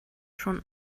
schon